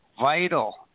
vital